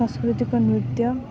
ସାଂସ୍କୃତିକ ନୃତ୍ୟ